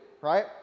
right